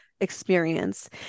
experience